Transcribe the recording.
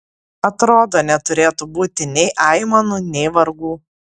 atrodo neturėtų būti nei aimanų nei vargų